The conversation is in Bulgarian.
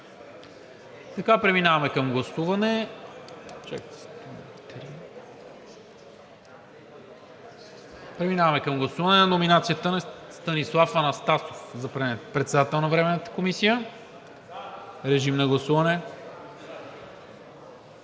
Преминаваме към гласуване на номинацията на Станислав Анастасов за председател на Временната комисия. Режим на гласуване.